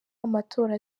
amatora